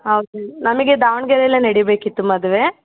ಹೌದಾ ನಮಗೆ ದಾವಣಗೆರೆಯಲ್ಲೇ ನಡಿಬೇಕಿತ್ತು ಮದುವೆ